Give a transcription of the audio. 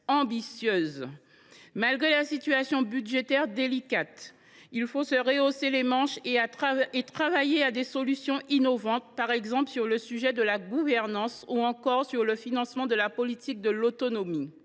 Malgré la situation budgétaire délicate, il faut se retrousser les manches et travailler à des solutions innovantes, par exemple sur le sujet de la gouvernance ou encore sur le financement de la politique de l’autonomie.